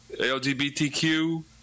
LGBTQ